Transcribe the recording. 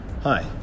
Hi